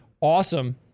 Awesome